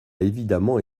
évidemment